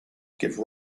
give